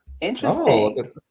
Interesting